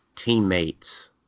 teammates